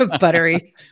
Buttery